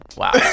wow